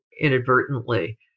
inadvertently